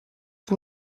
que